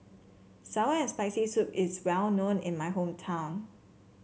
sour and Spicy Soup is well known in my hometown